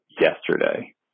yesterday